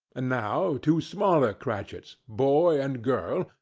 and now two smaller cratchits, boy and girl,